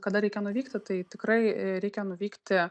kada reikia nuvykti tai tikrai reikia nuvykti